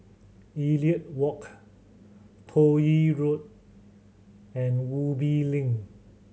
Elliot Walk Toh Yi Road and Ubi Link